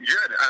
Good